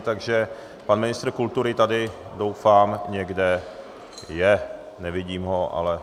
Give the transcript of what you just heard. Takže pan ministr kultury tady doufám někde je, nevidím ho, ale...